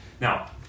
Now